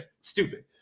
Stupid